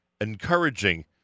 encouraging